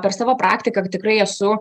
per savo praktiką tikrai esu